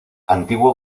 antiguo